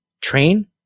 Train